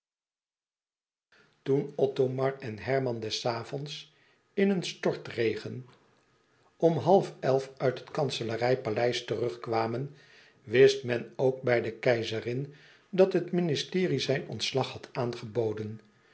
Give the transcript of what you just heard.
toen othomar en herman des avonds in een stortregen om half elf uit het kanselarij paleis terug kwamen wist men ook bij de keizerin dat het ministerie zijn ontslag had aangeboden